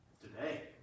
Today